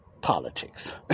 Politics